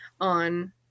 on